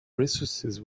resources